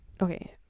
Okay